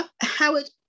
Howard